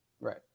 right